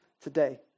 today